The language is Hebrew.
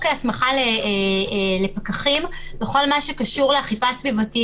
ההסמכה לפקחים בכל מה שקשור לאכיפה סביבתית,